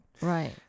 Right